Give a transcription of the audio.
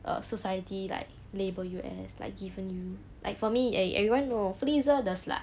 uh society like label you as like given you like for me and everyone know lah